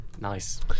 Nice